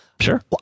Sure